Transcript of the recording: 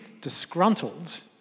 disgruntled